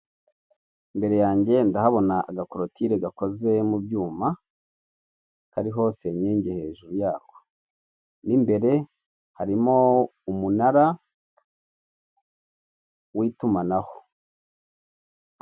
Imbere yanjye ndahabona agakorotire gakoze mu byuma kariho senkenge hejuru yako mo imbere harimo umunara w'itumanaho.